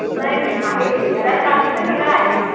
नाही नाही आहे की घरात बाकीचं सगळं आहे